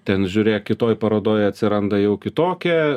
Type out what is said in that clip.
ten žiūrėk kitoj parodoj atsiranda jau kitokie